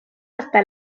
hasta